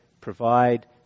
provide